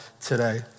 today